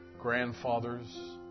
grandfathers